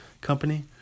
company